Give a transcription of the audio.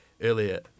earlier